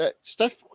Steph